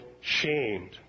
shamed